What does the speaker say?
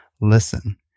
listen